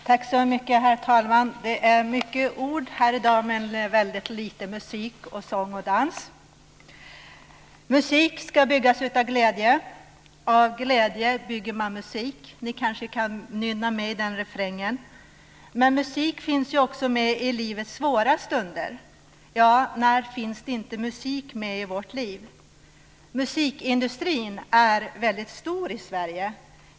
Herr talman! Det är mycket ord här i dag, men väldigt lite musik, sång och dans. "Musik ska byggas utav glädje, av glädje bygger man musik" - ni kanske kan nynna med i den refrängen. Men musik finns ju också med i livets svåra stunder. Ja, när finns det inte musik med i våra liv? Musikindustrin är väldigt stor i Sverige.